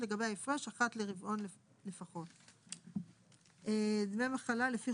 ים חדשים) הסבר 46 פנסיה - תגמולים לפי צו הרחבה כללי